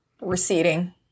receding